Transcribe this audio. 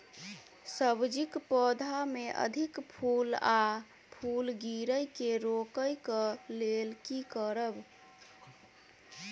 सब्जी कऽ पौधा मे अधिक फूल आ फूल गिरय केँ रोकय कऽ लेल की करब?